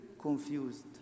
confused